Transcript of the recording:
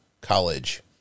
college